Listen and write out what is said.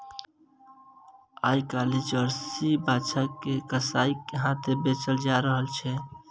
आइ काल्हि जर्सी बाछा के कसाइक हाथेँ बेचल जा रहल छै